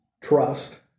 trust